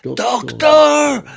doctor,